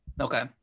Okay